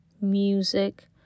music